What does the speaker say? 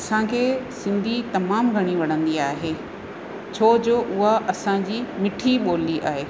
असांखे सिंधी तमामु घणी वणंदी आहे छो जो उहा असांजी मिठी ॿोली आहे